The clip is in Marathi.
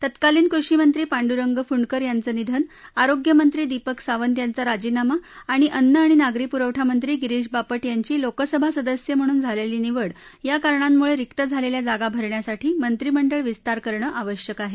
तत्कालीन कृषिमंत्री पांडुरंग फुंडकर यांचं निधन आरोग्यमत्री दीपक सावंत यांचा राजीनामा आणि अन्न आणि नागरी पुरवठा मंत्री गिरीश बापट यांची लोकसभा सदस्य म्हणून झालेली निवड या कारणांमुळे रिक्त झालेल्या जागा भरण्यासाठी मंत्रीमंडळ विस्तार करणं आवश्यक आहे